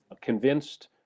convinced